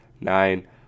Nine